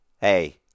Hey